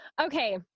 Okay